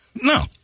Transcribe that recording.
No